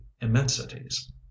immensities